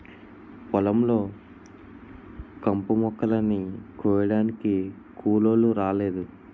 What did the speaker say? పొలం లో కంపుమొక్కలని కొయ్యడానికి కూలోలు రాలేదు